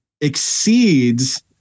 exceeds